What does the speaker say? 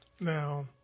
now